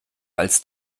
als